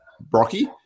Brocky